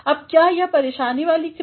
अब क्या हैं यह परेशानी वाले क्रिया